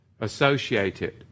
associated